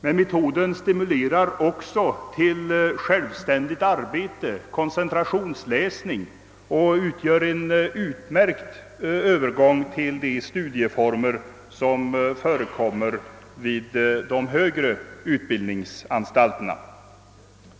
Studiemetoden stimulerar till självständigt arbete och koncentrationsläsning och utgör en utomordentlig övergång till de studieformer som förekommer vid de högre utbildningsanstalterna.